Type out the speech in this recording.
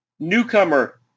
Newcomer